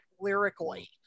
lyrically